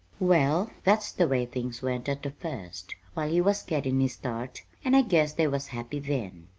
well, that's the way things went at the first, while he was gettin' his start, and i guess they was happy then.